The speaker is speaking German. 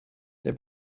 der